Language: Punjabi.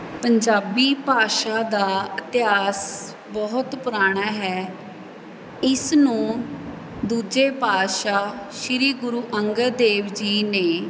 ਪੰਜਾਬੀ ਭਾਸ਼ਾ ਦਾ ਇਤਿਹਾਸ ਬਹੁਤ ਪੁਰਾਣਾ ਹੈ ਇਸ ਨੂੰ ਦੂਜੇ ਪਾਤਸ਼ਾਹ ਸ੍ਰੀ ਗੁਰੂ ਅੰਗਦ ਦੇਵ ਜੀ ਨੇ